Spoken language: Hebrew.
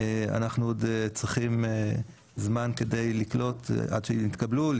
אנחנו עוד צריכים זמן עד שיתקבלו,